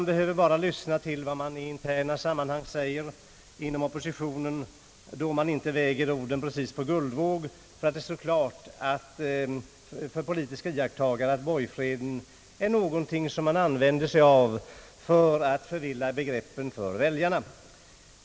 Vi behöver dock bara lyssna till vad man i interna sammanhang säger inom oppositionen, då man inte precis väger orden på guldvåg, för att det skall stå klart att borgfreden är någonting som man använder sig av för att förvilla begreppen för väljarna.